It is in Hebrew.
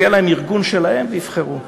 ויהיה להם ארגון שלהם, והם יבחרו.